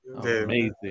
amazing